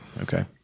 Okay